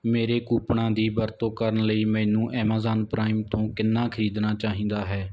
ਮੇਰੇ ਕੂਪਨਾਂ ਦੀ ਵਰਤੋਂ ਕਰਨ ਲਈ ਮੈਨੂੰ ਐਮਾਜ਼ਾਨ ਪ੍ਰਾਈਮ ਤੋਂ ਕਿੰਨਾ ਖ਼ਰੀਦਣਾ ਚਾਹੀਦਾ ਹੈ